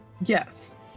Yes